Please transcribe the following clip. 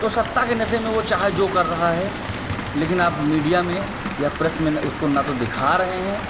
तो सत्ता के नशे में वो चाहे जो कर रहा है लेकिन आप मीडिया में या प्रेस में ना उसको ना तो दिखा रहे हैं